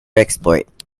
exploit